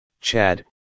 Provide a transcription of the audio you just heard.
Chad